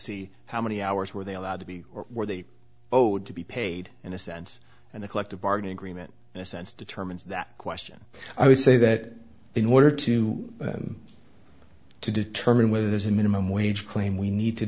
see how many hours were they allowed to be or were they owed to be paid in a sense and the collective bargaining agreement in a sense determines that question i would say that in order to to determine whether there's a minimum wage claim we need to